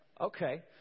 Okay